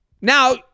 now